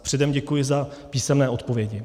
Předem děkuji za písemné odpovědi.